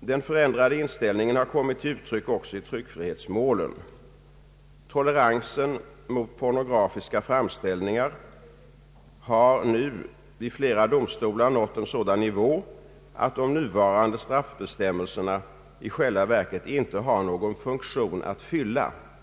Den förändrade inställningen har kommit till uttryck också i tryckfrihetsmålen. Toleransen mot pornografiska framställningar har nu vid flera domstolar nått en sådan nivå att de nuvarande straffbestämmelserna i själva verket inte har någon funktion att fylla.